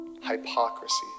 hypocrisy